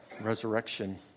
resurrection